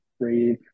breathe